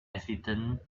accidents